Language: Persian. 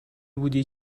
بودی